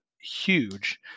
huge